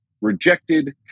rejected